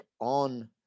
on